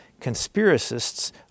conspiracists